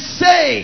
say